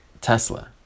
Tesla